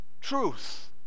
truth